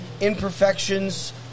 imperfections